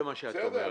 זה מה שאת אומרת.